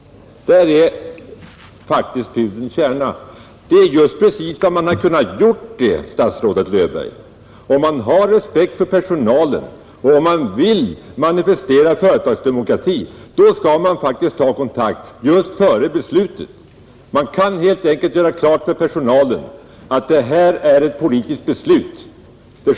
Där är faktiskt pudelns kärna. Det är just precis vad man skulle ha kunnat göra, statsrådet Löfberg. Om man har respekt för personalen och om man vill manifestera företagsdemokrati, då skall man faktiskt ta kontakt före beslutet. Man kan helt enkelt göra klart för personalen att det här är ett politiskt beslut.